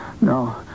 No